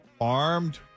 armed